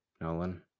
Nolan